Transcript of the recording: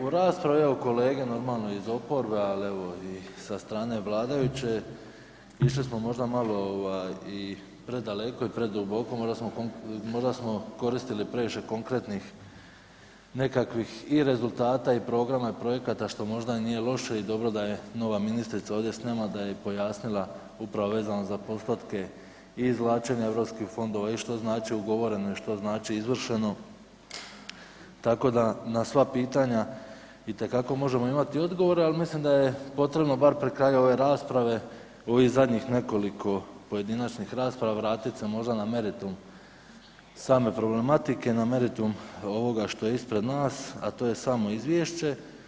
U raspravi evo kolege normalno iz oporbe, ali evo i sa strane vladajuće išli smo možda malo ovaj i predaleko i preduboko, možda smo koristili previše konkretnih nekakvih i rezultata i programa i projekata što možda i nije loše i dobro da je nova ministrica ovdje s nama da je pojasnila upravo vezano za postotke i izvlačenja Europskih fondova i što znači ugovoreno i što znači izvršeno tako da na sva pitanja itekako možemo imati odgovore ali mislim da je potrebno bar pri kraju ove rasprave u ovih zadnjih nekoliko pojedinačnih rasprava, vratiti se možda na meritum same problematike, na meritum ovoga što je ispred nas, a to je samo izvješće.